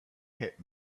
hit